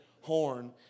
horn